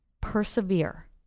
persevere